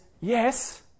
yes